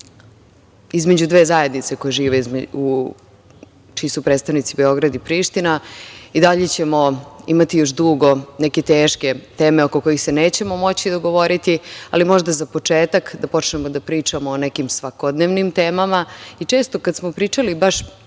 između dve zajednice čiji su predstavnici Beograd i Priština. I dalje ćemo imati još dugo neke teške teme oko kojih se nećemo moći dogovoriti, ali možda za početak da počnemo da pričamo o nekim svakodnevnim temama. Često kada smo pričali, baš